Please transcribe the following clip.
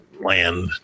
land